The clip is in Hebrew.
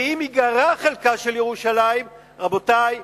כי אם ייגרע חלקה של ירושלים, רבותי,